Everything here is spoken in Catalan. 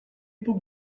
puc